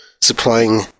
supplying